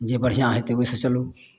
जे बढ़िआँ होयतै ओहिसे चलू